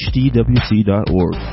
hdwc.org